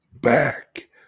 back